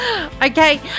Okay